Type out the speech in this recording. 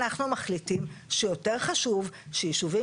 אנחנו מחליטים שיותר חשוב שיישובים